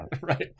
right